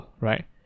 right